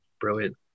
brilliant